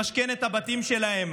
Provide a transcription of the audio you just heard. למשכן את הבתים שלהם,